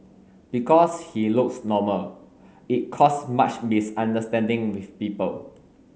because he looks normal it caused much misunderstanding with people